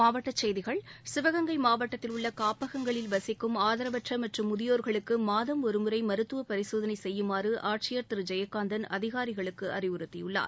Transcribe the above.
மாவட்டச் செய்திகள் சிவகங்கை மாவட்டத்தில் உள்ள காப்பகங்களில் வசிக்கும் ஆதரவற்ற மற்றும் முதியோர்களுக்கு மாதம் ஒருமுறை மருத்துவ பரிசோதனை செய்யுமாறு ஆட்சியர் திரு ஜெயகாந்தன் அதிகாரிகளுக்கு அறிவுறுத்தியுள்ளார்